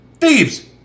Thieves